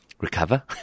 recover